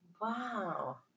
Wow